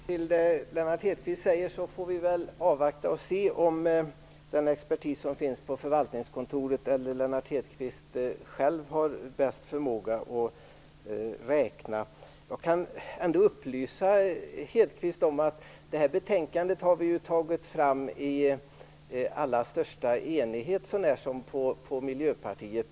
Herr talman! Vi får väl avvakta och se om den expertis som finns på förvaltningskontoret eller Lennart Hedquist själv har bäst förmåga att räkna. Jag kan upplysa Lennart Hedquist om att det här betänkandet har tagits fram i allra största enighet så när som på Miljöpartiet.